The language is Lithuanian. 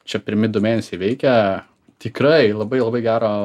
čia pirmi du mėnesiai veikia tikrai labai labai gero